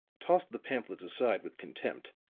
tossed the pamphlets aside with contempt,